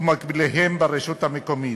ומקביליהם ברשות המקומית.